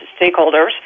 stakeholders